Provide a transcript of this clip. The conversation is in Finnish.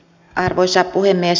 arvoisa puhemies